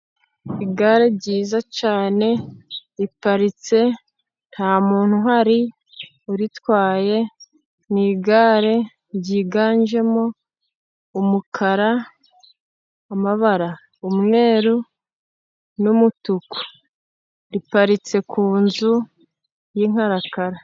igare ryiza cyane riparitse ,nta muntu uhari uritwaye. Ni igare ryiganjemo umukara, amabara umweru n'umutuku. Riparitse ku nzu yi'nkarakara.